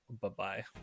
bye-bye